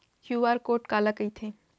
QR code काला कहिथे?